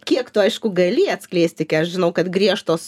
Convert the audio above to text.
kiek tu aišku gali atskleisti kai aš žinau kad griežtos